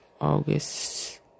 August